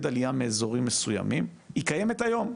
עלייה מאזורים מסוימים היא קיימת היום.